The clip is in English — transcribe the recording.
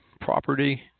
property